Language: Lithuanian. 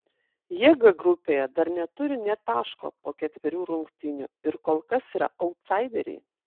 jie g grupėje dar neturi nė taško po ketverių rungtynių ir kol kas yra autsaideriai